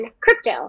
crypto